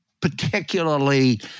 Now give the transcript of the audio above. Particularly